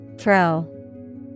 Throw